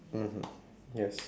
mmhmm yes